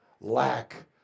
lack